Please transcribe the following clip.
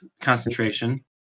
concentration